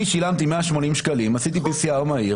אני שילמתי 180 שקלים, עשיתי pcr מהיר.